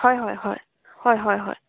হয় হয় হয় হয় হয় হয়